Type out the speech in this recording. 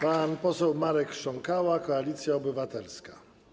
Pan poseł Marek Krząkała, Koalicja Obywatelska.